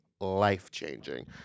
Life-changing